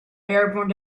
airborne